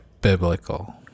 Biblical